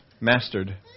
mastered